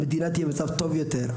המדינה תהיה במצב טוב יותר.